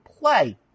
play